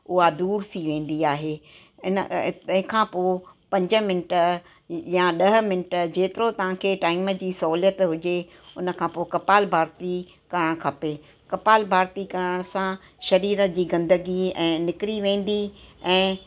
उहा दूर थी वेंदी आहे इन तंहिंखां पोइ पंज मिंट या ॾह मिंट जेतिरो तव्हांखे टाइम जी सहुलियतु हुजे उनखां पोइ कपाल भांति करणु खपे कपाल भांति करण सां शरीर जी गंदगी ऐं निकिरी वेंदी ऐं